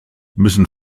müssen